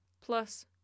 plus